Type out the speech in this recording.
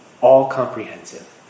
all-comprehensive